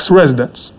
residents